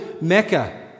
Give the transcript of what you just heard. Mecca